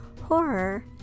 horror